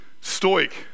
stoic